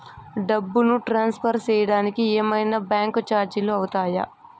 డబ్బును ట్రాన్స్ఫర్ సేయడానికి ఏమన్నా బ్యాంకు చార్జీలు అవుతాయా?